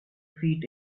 feet